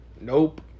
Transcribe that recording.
Nope